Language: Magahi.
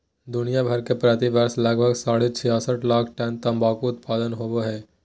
दुनिया भर में प्रति वर्ष लगभग साढ़े छियासठ लाख टन तंबाकू उत्पादन होवई हई,